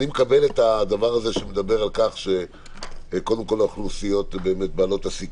הדבר הזה שמדבר על כך שקודם כל האוכלוסיות שבסיכון.